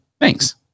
thanks